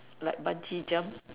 like bungee jump